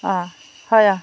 অঁ হয় অঁ